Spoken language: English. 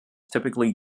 typically